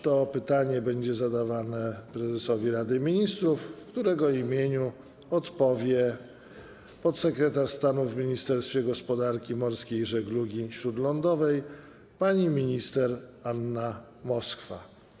To pytanie będzie zadawane prezesowi Rady Ministrów, w którego imieniu odpowie podsekretarz stanu w Ministerstwie Gospodarki Morskiej i Żeglugi Śródlądowej pani minister Anna Moskwa.